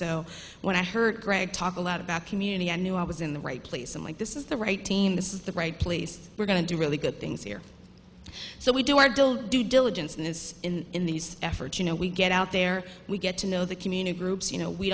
so when i heard greg talk a lot about community i knew i was in the right place and like this is the right team this is the right place we're going to do really good things here so we do our deal due diligence and is in in these efforts you know we get out there we get to know the community groups you know we